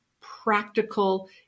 practical